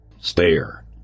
stare